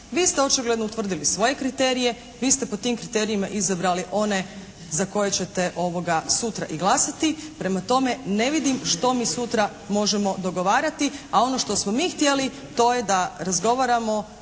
Vi ste očigledno utvrdili svoje kriterije, vi ste po tim kriterijima izabrali one za koje ćete sutra i glasati, prema tome ne vidim što mi sutra možemo dogovarati, a ono što smo mi htjeli to je da razgovaramo